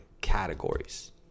categories